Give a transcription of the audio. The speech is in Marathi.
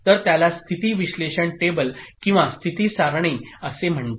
तर त्याला स्थिती विश्लेषण टेबल किंवा स्थिती सारणी असे म्हणतात